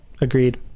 agreed